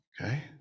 Okay